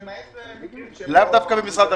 למעט מקרים שהם לא --- כרגע.